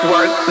Work